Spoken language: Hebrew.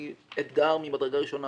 היא אתגר ממדרגה ראשונה.